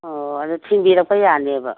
ꯑꯣ ꯑꯗꯣ ꯊꯤꯟꯕꯤꯔꯛꯄ ꯌꯥꯅꯦꯕ